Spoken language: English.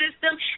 system